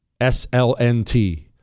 SLNT